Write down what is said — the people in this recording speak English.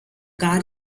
car